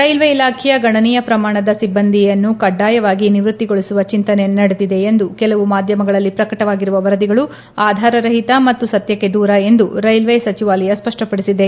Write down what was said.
railway ಇಲಾಖೆಯ ಗಣನೀಯ ಪ್ರಮಾಣದ ಸಿಬ್ಬಂದಿಯನ್ನು ಕಡ್ವಾಯವಾಗಿ ನಿವೃತ್ತಿಗೊಳಿಸುವ ಚಿಂತನೆ ನಡೆದಿದೆ ಎಂದು ಕೆಲವು ಮಾಧ್ವಮಗಳಲ್ಲಿ ಪ್ರಕಟವಾಗಿರುವ ವರದಿಗಳು ಆಧಾರರಹಿತ ಮತ್ತು ಸತ್ವಕ್ಕೆ ದೂರ ಎಂದು ರೈಲ್ವೆ ಸಚಿವಾಲಯ ಸ್ವಷ್ಪಪಡಿಸಿದೆ